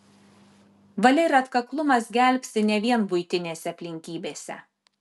valia ir atkaklumas gelbsti ne vien buitinėse aplinkybėse